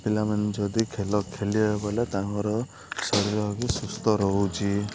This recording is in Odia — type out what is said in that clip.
ପିଲାମାନେ ଯଦି ଖେଲ ଖେଲିବେ ବଲେ ତାଙ୍କର ଶରୀର ବି ସୁସ୍ଥ ରହୁଛି